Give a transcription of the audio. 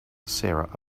sarah